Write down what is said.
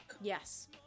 Yes